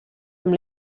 amb